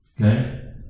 Okay